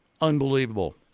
Unbelievable